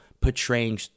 portraying